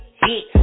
hit